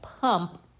pump